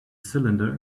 cylinder